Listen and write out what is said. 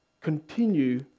continue